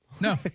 No